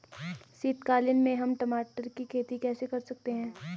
शीतकालीन में हम टमाटर की खेती कैसे कर सकते हैं?